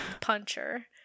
puncher